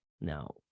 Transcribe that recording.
Now